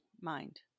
mind